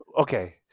Okay